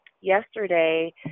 Yesterday